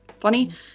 funny